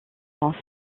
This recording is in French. france